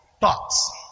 thoughts